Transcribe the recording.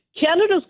Canada's